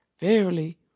verily